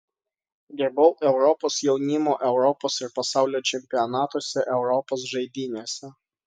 dirbau europos jaunimo europos ir pasaulio čempionatuose europos žaidynėse